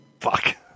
Fuck